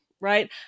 Right